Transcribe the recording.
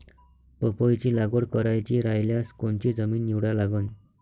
पपईची लागवड करायची रायल्यास कोनची जमीन निवडा लागन?